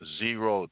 zero